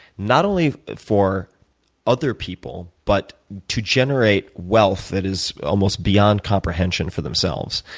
not only for other people, but to generate wealth that is almost beyond comprehension for themselves.